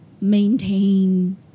maintain